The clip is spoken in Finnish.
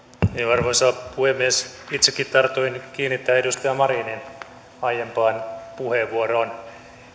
arvoisa puhemies itsekin tartuin kiinni tähän edustaja marinin aiempaan puheenvuoroon